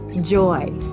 joy